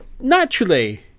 naturally